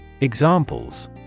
Examples